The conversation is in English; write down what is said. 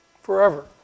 forever